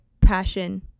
passion